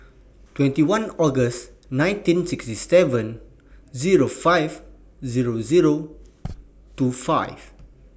twenty one August nineteen sixty seven Zero five Zero Zero two five